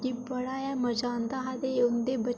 मिगी बड़ा गै मजा औंदा हा ते उं'दे